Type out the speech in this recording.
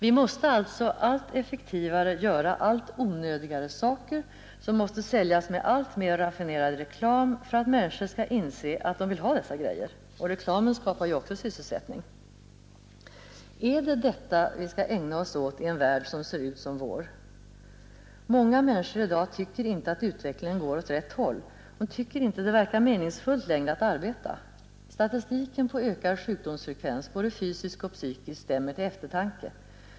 Vi måste alltså allt effektivare göra allt onödigare saker, som måste säljas med alltmer raffinerad reklam för att människor skall inse att de vill ha dessa grejor. Och reklamen skapar ju också sysselsättning. Är det detta vi skall ägna oss åt i en värld som ser ut som vår? Många människor i dag tycker inte att utvecklingen går åt rätt håll. De tycker inte det verkar meningsfullt längre att arbeta. Statistiken på ökad sjukdomsfrekvens, både fysisk och psykisk, stämmer till eftertanke.